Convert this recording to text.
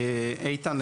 איתן,